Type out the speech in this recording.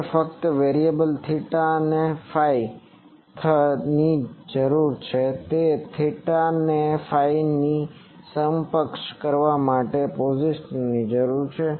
હવે ફક્ત variable theta અને ફી થવાની જરૂર છે તેથી થેટા ફીને સક્ષમ કરવા માટે પોઝિશનરની જરૂર છે